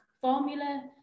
formula